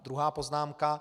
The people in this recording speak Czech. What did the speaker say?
Druhá poznámka.